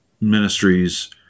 ministries